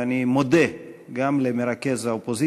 ואני שמח שלדעת כולם,